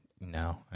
no